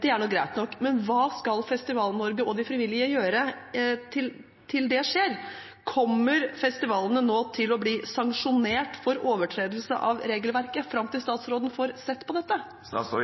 Det er greit nok, men hva skal Festival-Norge og de frivillige gjøre til det skjer? Kommer festivalene nå til å bli sanksjonert for overtredelse av regelverket fram til statsråden får sett på dette? For